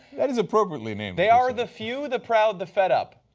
that is appropriately named. they are the few, the proud, the fed up.